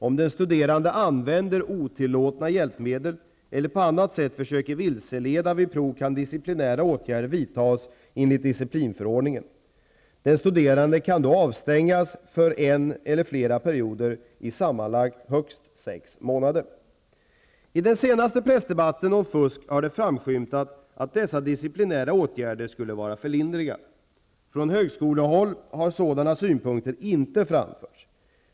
Om den studerande använder otillåtna hjälpmedel eller på annat sätt försöker vilseleda vid prov kan disciplinära åtgärder vidtas enligt disciplinförordningen. Den studerande kan då avstängas för en eller flera perioder i sammanlagt högst sex månader. I den senaste pressdebatten om fusk har det framskymtat att dessa disciplinära åtgärder skulle vara för lindriga. Från högskolehåll har sådana synpunkter inte framförts.